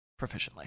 proficiently